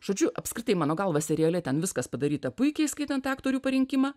žodžiu apskritai mano galva seriale ten viskas padaryta puikiai įskaitant aktorių parinkimą